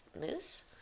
mousse